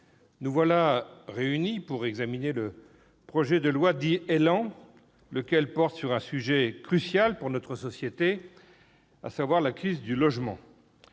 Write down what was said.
nous voici réunis pour examiner le projet de loi dit ÉLAN, qui porte sur un sujet crucial pour notre société : la crise du logement.